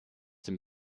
dem